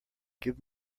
give